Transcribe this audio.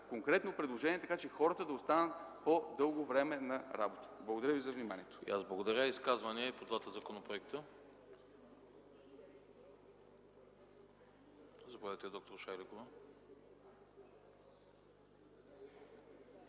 конкретно предложение, така че хората да останат по-дълго време на работа. Благодаря ви за вниманието.